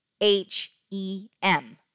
H-E-M